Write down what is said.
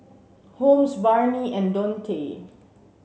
Holmes Barnie and Dontae